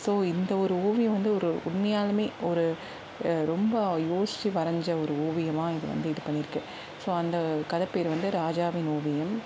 so இந்த ஒரு ஓவியம் வந்து ஒரு உண்மையாலுமே ஒரு ரொம்ப யோசிச்சு வரஞ்ச ஒரு ஓவியமாக இது வந்து இது பண்ணிருக்கு ஸோ அந்த கதை பேர் வந்து ராஜாவின் ஓவியம்